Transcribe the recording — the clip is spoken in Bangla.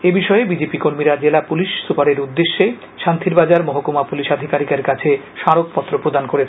এবিষয়ে বিজেপি কর্মীরা জেলা পুলিশ সুপারের দান উদ্দেশ্যে শান্তিরবাজার মহকুমা পুলিশ আধিকারিকের কাছে স্মারকপত্র প্র করেছেন